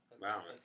Wow